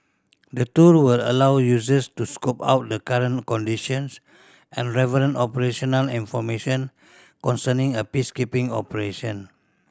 the tool will allow users to scope out the current conditions and relevant operational information concerning a peacekeeping operation